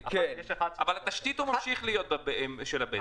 אבל בתשתית הוא ממשיך להיות עם בזק.